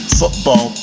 football